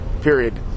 period